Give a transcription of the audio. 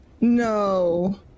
No